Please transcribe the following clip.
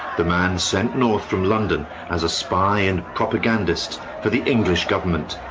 the man sent north from london as a spy and propagandist for the english government.